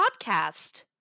podcast